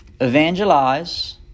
evangelize